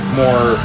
more